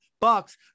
bucks